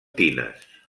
tines